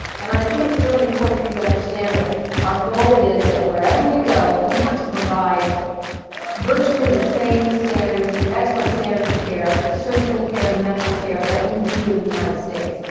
and i think it's really important for you to understand that our goal is that wherever we go, we want to provide virtually the same standard, the excellent standard of care, the surgical care and the medical care that we do in the united states.